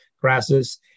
grasses